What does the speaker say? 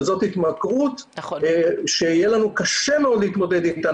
שזאת התמכרות שיהיה לנו קשה מאוד להתמודד איתה.